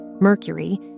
Mercury